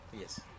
Yes